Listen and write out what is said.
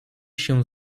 się